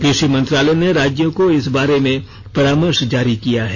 कृषि मंत्रालय ने राज्यों को इस बारे में परामर्श जारी किया है